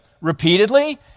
repeatedly